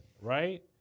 right